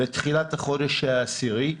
לתחילת החודש העשירי,